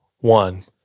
one